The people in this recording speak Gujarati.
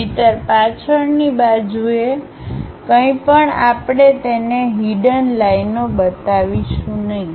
નહિંતર પાછળની બાજુએ કંઈપણ આપણે તેને હિડન લાઈનઓ બતાવીશું નહીં